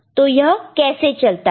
तो यह कैसे चलता है